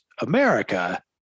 America